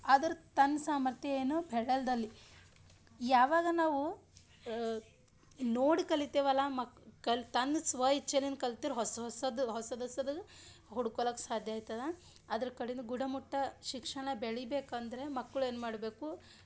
ಆದರೆ ತನ್ನ ಸಾಮರ್ಥ್ಯ ಏನು ಪೆಳ್ಳಲ್ದಲ್ಲಿ ಯಾವಾಗ ನಾವು ನೋಡಿ ಕಲಿತೇವಲ್ಲ ಮಕ್ ಕಲ್ಲು ತನ್ನ ಸ್ವಇಚ್ಛೆದಿಂದ ಕಲ್ತಿರ ಹೊಸ ಹೊಸದು ಹೊಸದೊಸದು ಹುಡ್ಕೋಳಕ್ ಸಾಧ್ಯ ಐತದ ಅದ್ರ ಕಡಿಂದು ಗುಣಮಟ್ಟ ಶಿಕ್ಷಣ ಬೆಳಿಬೇಕು ಅಂದರೆ ಮಕ್ಕಳು ಏನು ಮಾಡಬೇಕು